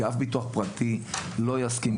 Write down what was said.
כי אף ביטוח פרטי לא יסכים,